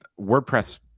WordPress